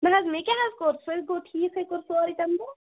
نہَ حظ مےٚ کیٛاہ حظ کوٚر سُہ گوٚو ٹھیٖک ہَے کوٚر سورُے تَمہِ دۄہ